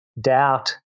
Doubt